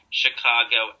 chicago